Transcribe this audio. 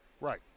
Right